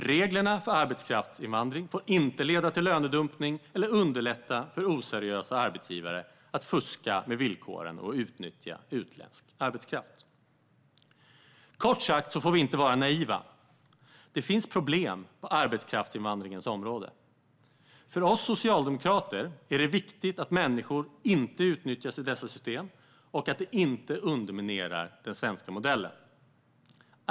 Reglerna för arbetskraftsinvandring får inte leda till lönedumpning eller underlätta för oseriösa arbetsgivare att fuska med villkoren och utnyttja utländsk arbetskraft. Kort sagt: Vi får inte vara naiva. Det finns problem på arbetskraftsinvandringens område. För oss socialdemokrater är det viktigt att människor inte utnyttjas i dessa system och att detta inte underminerar den svenska modellen.